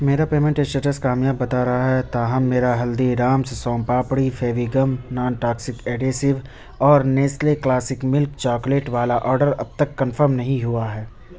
میرا payment status کامیاب بتا رہا ہے تا ہم میرا Haldiram's soan papdi Fevigum non toxic adhesive اور نیسلے کلاسک ملک چاکلیٹ والا آرڈر اب تک کنفرم نہیں ہوا ہے